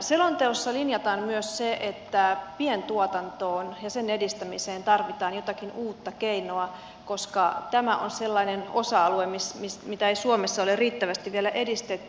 selonteossa linjataan myös se että pientuotantoon ja sen edistämiseen tarvitaan jotakin uutta keinoa koska tämä on sellainen osa alue mitä ei suomessa ole riittävästi vielä edistetty